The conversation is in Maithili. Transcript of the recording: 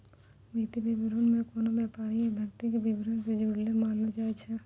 वित्तीय विवरणो के कोनो व्यापार या व्यक्ति के विबरण से जुड़लो मानलो जाय छै